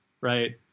right